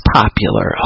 popular